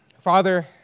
Father